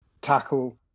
tackle